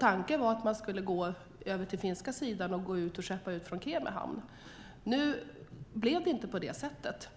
Tanken var att man skulle gå över till den finska sidan och skeppa ut från Kemi hamn. Nu blev det inte på det sättet.